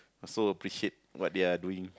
so appreciate what they are doing